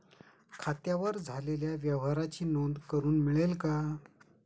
खात्यावर झालेल्या व्यवहाराची नोंद करून मिळेल का?